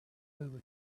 over